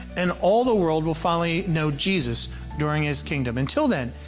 and all the world will finally know jesus during his kingdom. until then,